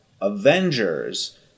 Avengers